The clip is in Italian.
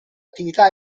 attività